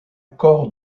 corps